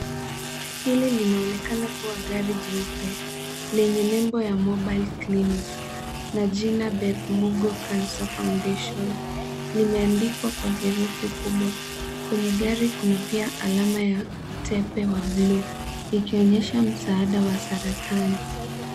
Hili linaonekana kuwa gari jeupe lenye nembo ya mobile clinic na jina Beth Mugo cancer foundation limeandikwa kwa herufi kubwa. Kwenye gari kuna pia alama ya utepe wa bluu ikionyesha msaada wa saratani.